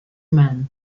men